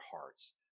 hearts